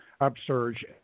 upsurge